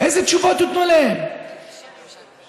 איזה תשובות תיתנו להם, לנכים,